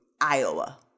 iowa